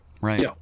Right